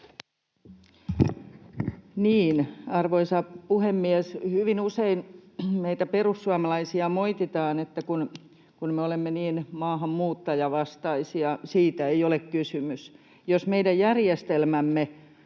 Arvoisa puhemies! Hyvin usein meitä perussuomalaisia moititaan, että kun me olemme niin maahanmuuttajavastaisia. Siitä ei ole kysymys. Jos meidän järjestelmämme